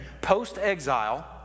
post-exile